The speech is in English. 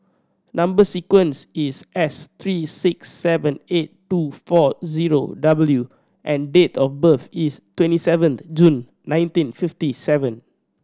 number sequence is S three six seven eight two four zero W and date of birth is twenty seventh June nineteen fifty seven